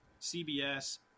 CBS